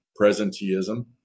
presenteeism